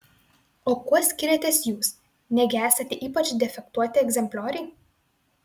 o kuo skiriatės jūs negi esate ypač defektuoti egzemplioriai